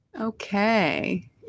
Okay